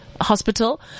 hospital